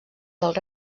dels